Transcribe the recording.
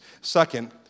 Second